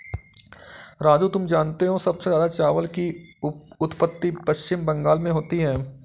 राजू तुम जानते हो सबसे ज्यादा चावल की उत्पत्ति पश्चिम बंगाल में होती है